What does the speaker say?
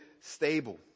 stable